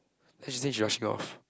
then she said she rushing off